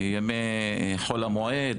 חול המועד,